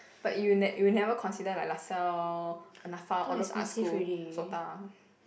but you ne~ you never consider like Lasalle and Nafa all those art school Sota